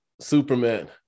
Superman